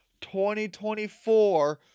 2024